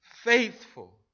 faithful